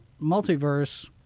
Multiverse